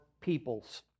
peoples